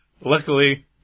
Luckily